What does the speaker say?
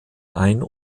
ein